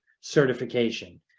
certification